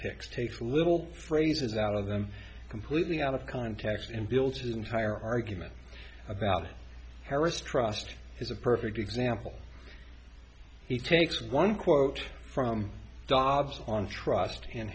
picks takes little phrases out of them completely out of context and builds his entire argument about harris trust is a perfect example he takes one quote from dogs on trust in